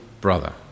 brother